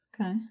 okay